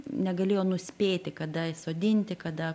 negalėjo nuspėti kada sodinti kada